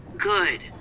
Good